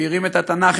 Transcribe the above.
הוא הרים את התנ"ך,